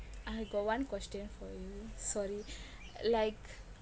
I got one question for you sorry like